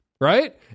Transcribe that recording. Right